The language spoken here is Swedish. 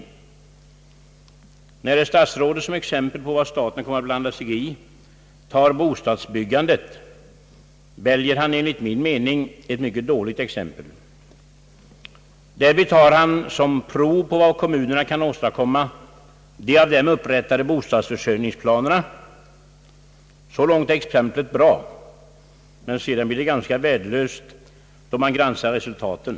När herr statsrådet tar bostadsbyggandet som exempel på vad staten kommer att blanda sig i är det enligt min mening ett mycket dåligt exempel han väljer. Därvid tar han som prov på vad kommunerna kan åstadkomma de av dem upprättade bostadsförsörjningsplanerna. Så långt är exemplet bra, men sedan blir det ganska värdelöst då man granskar resultaten.